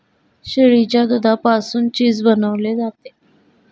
शेळीच्या दुधापासून चीज बनवले जाते